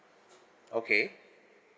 okay